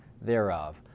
thereof